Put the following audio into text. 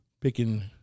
picking